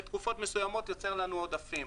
בתקופות מסוימות יוצר לנו עודפים.